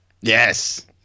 Yes